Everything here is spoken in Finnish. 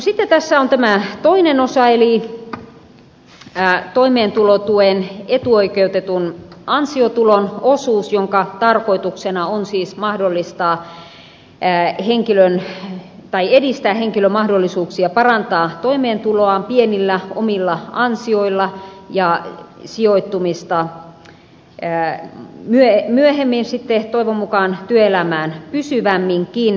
sitten tässä on tämä toinen osa eli toimeentulotuen etuoikeutetun ansiotulon osuus jonka tarkoituksena on siis edistää henkilön mahdollisuuksia parantaa toimeentuloaan pienillä omilla ansioilla ja sijoittumista myöhemmin toivon mukaan työelämään pysyvämminkin